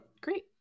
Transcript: Great